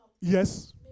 Yes